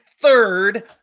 third